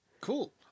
Cool